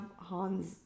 Han's